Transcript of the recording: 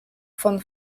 von